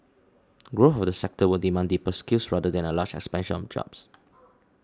growth of the sector will demand deeper skills rather than a large expansion of jobs